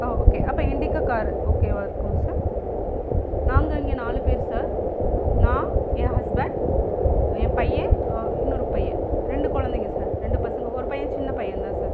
ஓ okay அப்போ Indica car ஓகேவா இருக்கும் சார் நாங்கள் இங்கே நாலு பேரு சார் நான் என் ஹஸ்பண்ட் என் பையன் இன்னொரு பையன் ரெண்டு குழந்தைங்க ரெண்டு பசங்க ஒரு பையன் சின்ன பையன் தான் சார்